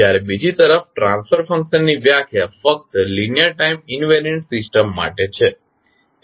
જ્યારે બીજી તરફ ટ્રાન્સફર ફંક્શનની વ્યાખ્યા ફક્ત લીનીઅર ટાઇમ ઇન્વેરીયન્ટ સિસ્ટમ માટે છે